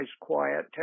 quiet